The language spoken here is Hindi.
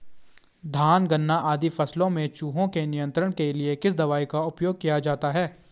धान गन्ना आदि फसलों में चूहों के नियंत्रण के लिए किस दवाई का उपयोग किया जाता है?